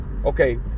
Okay